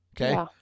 Okay